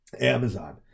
Amazon